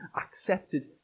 accepted